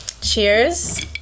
cheers